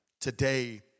today